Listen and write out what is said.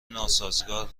ناسازگار